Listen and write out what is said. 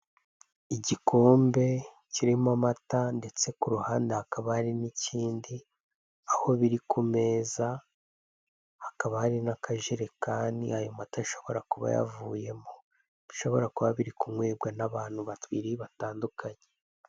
Igikombe kirimo amata ndetse ku ruhande hakaba hari n'ikindi aho biri ku meza hakaba hari n'akajerekani ayo mata ashobora kuba yavuyemo. Bishobora kuba biri kunywebwa n'abantu babiri batandukanye.